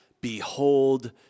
behold